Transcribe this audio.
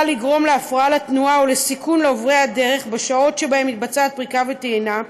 לגרום להפרעה לתנועה ולסיכון לעוברי הדרך בשעות שבהן מתבצעת פריקה וטעינה,